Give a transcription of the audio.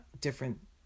different